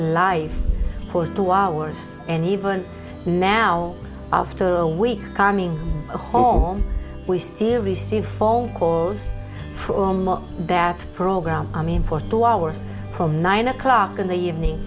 life for two hours and even now after a week coming home we feel receive phone calls from that program i mean for two hours from nine o'clock in the evening